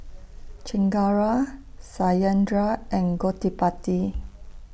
Chengara Satyendra and Gottipati